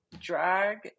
drag